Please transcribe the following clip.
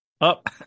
up